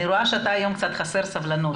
אני רואה שדאתה היום קצת חסר סבלנות.